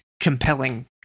compelling